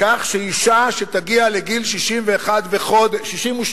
כך שאשה שתגיע לגיל 62 וחודש